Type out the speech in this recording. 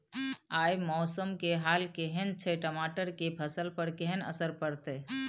आय मौसम के हाल केहन छै टमाटर के फसल पर केहन असर परतै?